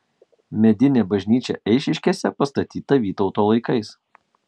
medinė bažnyčia eišiškėse pastatyta vytauto laikais